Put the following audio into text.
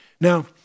Now